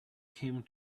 came